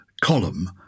column